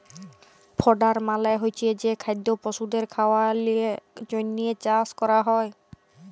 fodder মালে হচ্ছে যে খাদ্য পশুদের খাওয়ালর জন্হে চাষ ক্যরা হ্যয়